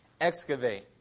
Excavate